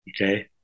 okay